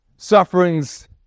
Sufferings